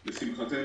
לשמחתנו,